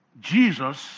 Jesus